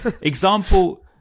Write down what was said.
example